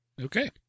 Okay